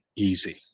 easy